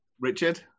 richard